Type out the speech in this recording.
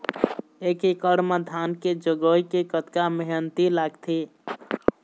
एक एकड़ म धान के जगोए के कतका मेहनती लगथे?